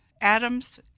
Adams